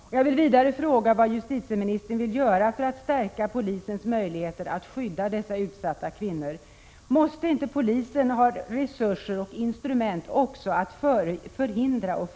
och instrument också för att förhindra och förebygga? Ett rättssamhälle har — Prot. 1986/87:49 ju skyldighet att skydda kvinnor för misshandel.